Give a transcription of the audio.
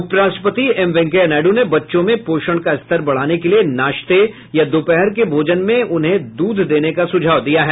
उपराष्ट्रपति एम वेंकैया नायड् ने बच्चों में पोषण का स्तर बढ़ाने के लिए नाश्ते या दोपहर के भोजन में उन्हें दूध देने का सुझाव दिया है